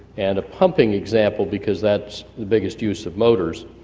and a pumping example because that's the biggest use of motors.